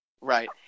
Right